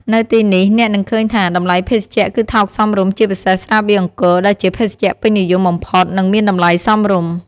នៅទីនេះ អ្នកនឹងឃើញថា តម្លៃភេសជ្ជៈគឺថោកសមរម្យ ជាពិសេស ស្រាបៀរអង្គរ ដែលជាភេសជ្ជៈពេញនិយមបំផុត និងមានតម្លៃសមរម្យ។